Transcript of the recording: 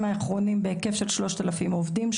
האחרונים בהיקף של שלושת אלפים עובדים,